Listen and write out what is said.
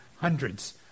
hundreds